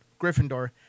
Gryffindor